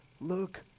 Look